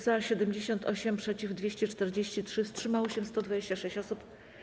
Za - 78, przeciw - 243, wstrzymało się 126 osób.